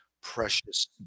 precious